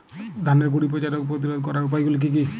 ধানের গুড়ি পচা রোগ প্রতিরোধ করার উপায়গুলি কি কি?